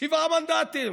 שבעה מנדטים.